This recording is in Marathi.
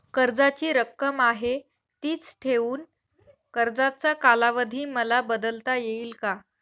कर्जाची रक्कम आहे तिच ठेवून कर्जाचा कालावधी मला बदलता येईल का?